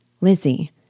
Lizzie